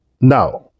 Now